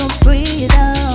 freedom